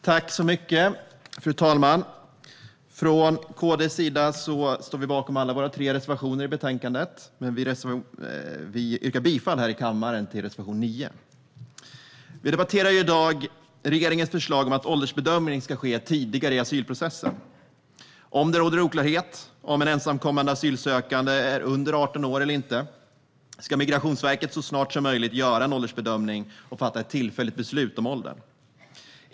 Fru talman! Vi i KD står bakom alla våra tre reservationer i betänkandet, men här i kammaren yrkar vi bifall endast till reservation 9. Vi debatterar i dag regeringens förslag om att åldersbedömning ska ske tidigare i asylprocessen. Om det råder oklarhet kring om en asylsökande är under 18 år eller inte ska Migrationsverket så snart som möjligt göra en åldersbedömning och fatta ett tillfälligt beslut om ålder.